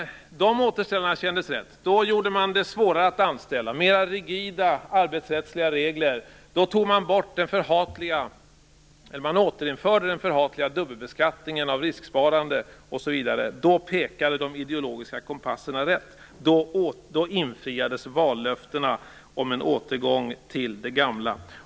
De återställarna kändes rätt. Då gjorde man det svårare att anställa, införde mera rigida arbetsrättsliga regler. Då återinförde man den förhatliga dubbelbeskattningen av risksparande osv. Då pekade de ideologiska kompasserna rätt. Då infriades vallöftena om en återgång till det gamla.